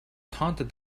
taunted